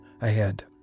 ahead